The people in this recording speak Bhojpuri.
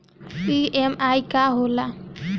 ई.एम.आई का होला?